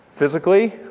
Physically